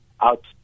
out